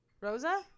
Rosa